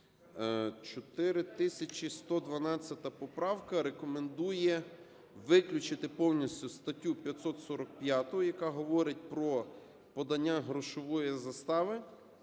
4112 поправка рекомендує виключити повністю статтю 545, яка говорить про подання грошової застави.